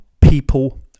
people